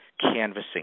Canvassing